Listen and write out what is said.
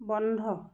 বন্ধ